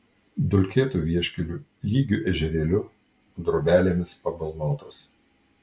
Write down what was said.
dulkėtu vieškeliu lygiu ežerėliu drobelėmis pabalnotas